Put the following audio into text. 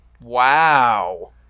Wow